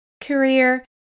career